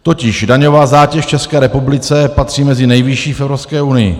Totiž daňová zátěž v České republice patří mezi nejvyšší v Evropské unii.